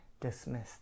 dismissed